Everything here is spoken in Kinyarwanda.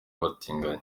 abatinganyi